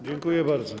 Dziękuję bardzo.